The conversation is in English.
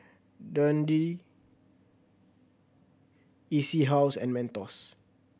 Dundee E C House and Mentos